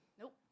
Nope